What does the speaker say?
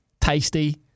tasty